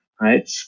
right